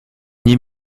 nie